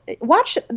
watch